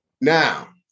Now